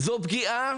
זו פגיעה